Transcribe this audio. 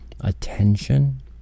attention